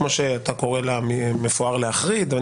כמו שאתה קורה לה: "מפואר להחריד" או